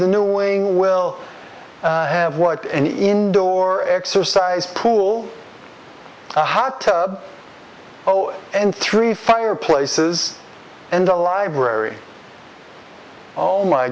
the new wayne will have what an indoor exercise pool a hot oh and three fireplaces and a library oh my